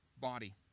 body